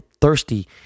thirsty